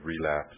relapse